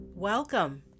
Welcome